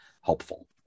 helpful